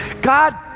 God